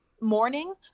morning